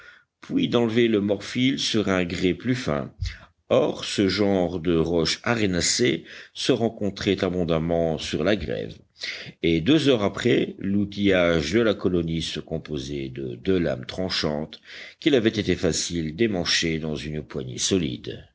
puis d'enlever le morfil sur un grès plus fin or ce genre de roche arénacée se rencontrait abondamment sur la grève et deux heures après l'outillage de la colonie se composait de deux lames tranchantes qu'il avait été facile d'emmancher dans une poignée solide